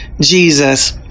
Jesus